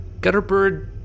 Gutterbird